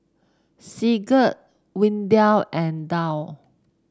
Sigurd Windell and Dow